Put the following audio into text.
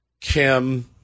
Kim